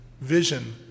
vision